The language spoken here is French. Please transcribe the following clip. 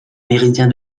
méridien